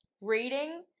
Reading